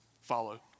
follow